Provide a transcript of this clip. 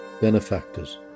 benefactors